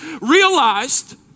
realized